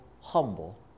humble